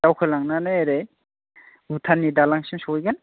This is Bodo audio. दावखोलांनानै ओरै भुटाननि दालांसिम सहैगोन